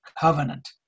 covenant